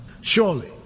Surely